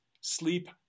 sleep